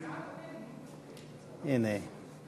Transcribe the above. הנה,